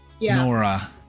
Nora